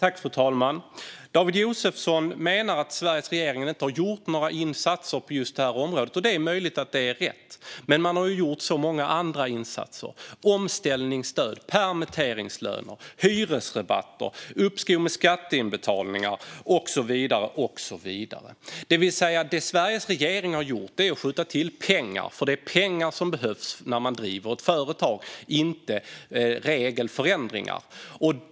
Fru talman! David Josefsson menar att Sveriges regering inte har gjort några insatser på det här området, och det är möjligen rätt. Men man har gjort många andra insatser: omställningsstöd, permitteringslöner, hyresrabatter, uppskov med skatteinbetalningar och så vidare. Vad Sveriges regering har gjort är att ha skjutit till pengar, och det är pengar som behövs när man driver ett företag, inte regelförändringar.